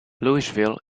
louisville